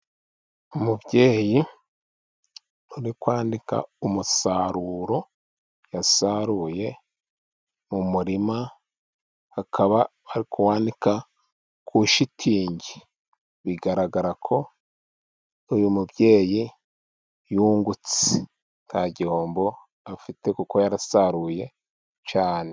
Umubyeyi uri kwanika umusaruro yasaruye mu murima, akaba ari kuwanika ku ishitingi, bigaragara ko uyu mubyeyi yungutse, nta gihombo afite kuko yarasaruye cyane.